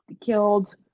killed